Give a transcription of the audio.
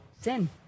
sin